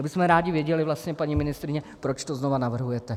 My bychom rádi věděli vlastně, paní ministryně, proč to znova navrhujete.